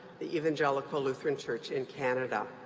the evangelical lutheran church in canada.